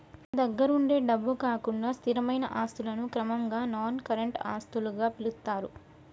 మన దగ్గరుండే డబ్బు కాకుండా స్థిరమైన ఆస్తులను క్రమంగా నాన్ కరెంట్ ఆస్తులుగా పిలుత్తారు